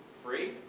free?